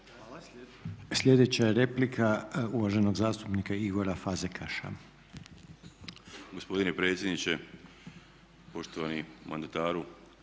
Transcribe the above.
Sljedeća replika je uvaženog zastupnika Darka Parića.